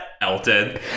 Elton